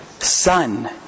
son